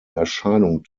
erscheinung